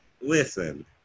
Listen